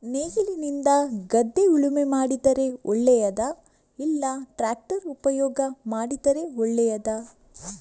ನೇಗಿಲಿನಿಂದ ಗದ್ದೆ ಉಳುಮೆ ಮಾಡಿದರೆ ಒಳ್ಳೆಯದಾ ಇಲ್ಲ ಟ್ರ್ಯಾಕ್ಟರ್ ಉಪಯೋಗ ಮಾಡಿದರೆ ಒಳ್ಳೆಯದಾ?